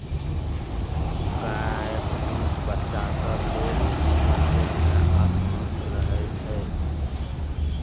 गायक दूध बच्चा सब लेल पचइ मे आसान रहइ छै